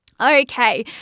Okay